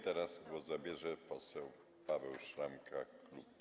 Teraz głos zabierze poseł Paweł Szramka.